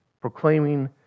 Proclaiming